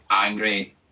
angry